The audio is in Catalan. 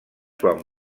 quan